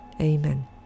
Amen